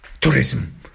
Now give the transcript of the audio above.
tourism